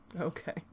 Okay